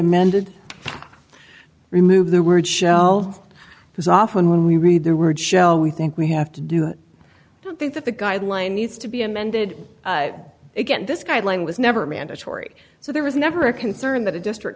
amended remove the word shelved because often when we read the word shell we think we have to do it i don't think that the guideline needs to be amended again this guideline was never mandatory so there was never a concern that a district